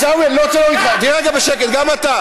אני מבקש מכם, עיסאווי, תהיה רגע בשקט גם אתה.